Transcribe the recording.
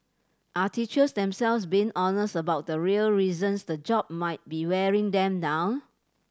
are teachers themselves being honest about the real reasons the job might be wearing them down